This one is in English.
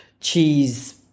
cheese